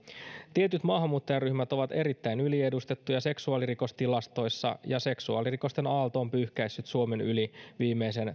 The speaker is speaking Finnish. tietyt maahanmuuttajaryhmät ovat erittäin yliedustettuja seksuaalirikostilastoissa ja seksuaalirikosten aalto on pyyhkäissyt suomen yli viimeisen